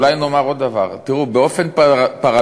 אולי נאמר עוד דבר: באופן פרדוקסלי,